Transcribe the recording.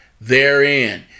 therein